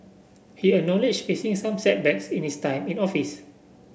he acknowledged facing some setbacks in his time in office